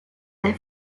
their